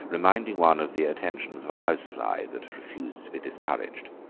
reminding one of the attentions of a housefly that refuses to be discouraged.